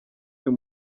uyu